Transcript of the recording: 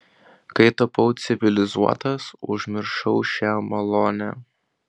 kai tapau civilizuotas užmiršau šią malonę